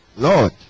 Lord